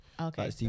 Okay